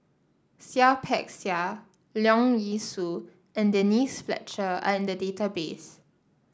Seah Peck Seah Leong Yee Soo and Denise Fletcher are in the database